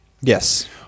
yes